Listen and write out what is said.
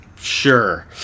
Sure